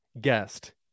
guest